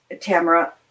Tamara